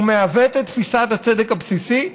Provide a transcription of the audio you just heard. הוא מעוות את תפיסת הצדק הבסיסי,